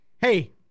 Hey